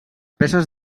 peces